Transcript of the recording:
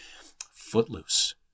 Footloose